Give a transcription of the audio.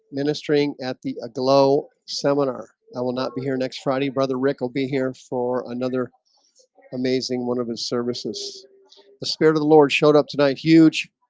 ministering at the a glow seminar. i will not be here next friday brother. rick will be here for another amazing one of his services the spirit of the lord showed up tonight huge